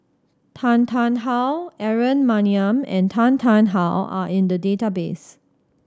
Tan Tarn How Aaron Maniam and Tan Tarn How are in the database